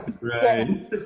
Right